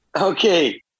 Okay